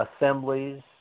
assemblies